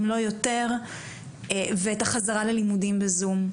אם לא יותר ואת החזרה ללימודים בזום.